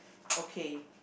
okay